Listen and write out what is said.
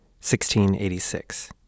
1686